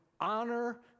honor